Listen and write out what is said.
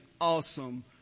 awesome